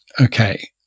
Okay